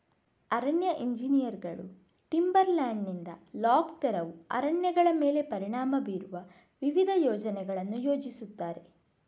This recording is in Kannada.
ಅರಣ್ಯ ಎಂಜಿನಿಯರುಗಳು ಟಿಂಬರ್ ಲ್ಯಾಂಡಿನಿಂದ ಲಾಗ್ ತೆರವು ಅರಣ್ಯಗಳ ಮೇಲೆ ಪರಿಣಾಮ ಬೀರುವ ವಿವಿಧ ಯೋಜನೆಗಳನ್ನು ಯೋಜಿಸುತ್ತಾರೆ